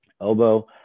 elbow